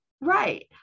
right